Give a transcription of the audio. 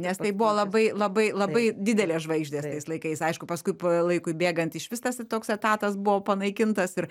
nes tai buvo labai labai labai didelės žvaigždės tais laikais aišku paskui laikui bėgant išvis tas toks etatas buvo panaikintas ir